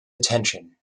attention